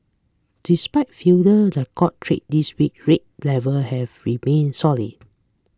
despite fewer trades this week rate level have remained solid